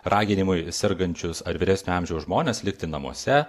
raginimui sergančius ar vyresnio amžiaus žmones likti namuose